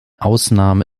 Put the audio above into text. ausnahme